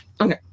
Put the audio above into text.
okay